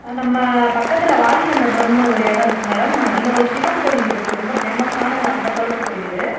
நம்ம பக்கத்தில் வாலிகண்டபுரம்ன்னு ஒரு இடம் இருக்குது மேடம் அதில் சிவன் கோவிலிருக்குது ரொம்ப ஃபேமஸ்ஸானது அந்தகாலத்து கோயில்